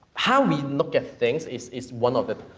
how we look at things is is one of the,